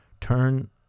turn